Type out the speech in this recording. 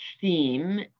theme